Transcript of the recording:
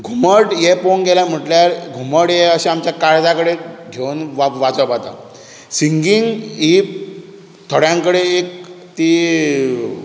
घुमट हें पळोवूंक गेलो म्हटल्यार घुमट हें अशें आमच्या काळजा कडेन घेवन वाजप जाता सिंगींग ही थोड्यां कडेन एक ती